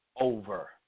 over